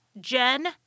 Jen